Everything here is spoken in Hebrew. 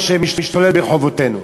מה שמשתולל ברחובותינו.